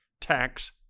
tax